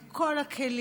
את כל הכלים,